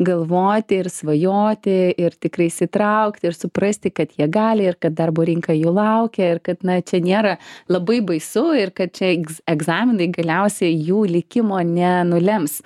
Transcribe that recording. galvoti ir svajoti ir tikrai įsitraukti ir suprasti kad jie gali ir kad darbo rinka jų laukia ir kad na čia nėra labai baisu ir kad čia egzaminai galiausiai jų likimo nenulems